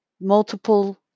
multiple